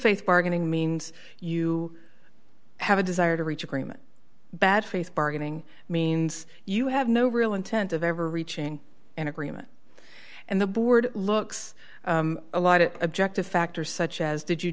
faith bargaining means you have a desire to reach agreement bad faith bargaining means you have no real intent of ever reaching an agreement and the board looks a lot at objective factors such as did you